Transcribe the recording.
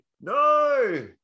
No